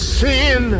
sin